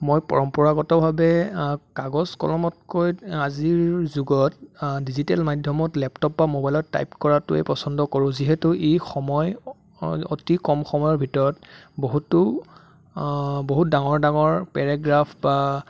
মই পৰম্পৰাগতভাৱে কাগজ কলমতকৈ আজিৰ যুগত ডিজিটেল মাধ্যমত লেপটপ বা মবাইলত টাইপ কৰাটোৱে পচন্দ কৰোঁ যে যিহেতু ই সময় অতি কম সময়ৰ ভিতৰত বহুতো বহুত ডাঙৰ ডাঙৰ পেৰেগ্ৰাফ বা